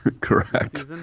Correct